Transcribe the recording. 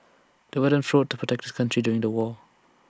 the veteran fought to protect his country during the war